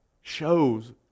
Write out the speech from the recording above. shows